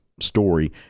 story